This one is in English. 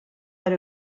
out